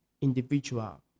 individual